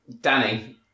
danny